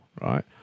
right